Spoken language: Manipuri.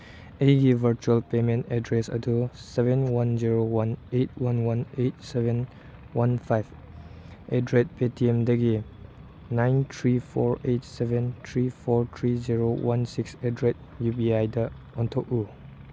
ꯑꯩꯒꯤ ꯚꯔꯆꯨꯋꯦꯜ ꯄꯦꯃꯦꯟ ꯑꯦꯗ꯭ꯔꯦꯁ ꯑꯗꯨ seven one zero one eight one one eight seven one five at the rate ꯄꯦꯇꯤꯑꯦꯝꯗꯒꯤ nine three four eight seven three four three zero one six at the rate U P ID ꯑꯣꯟꯊꯣꯛꯎ